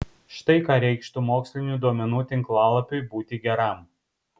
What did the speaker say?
štai ką reikštų mokslinių duomenų tinklalapiui būti geram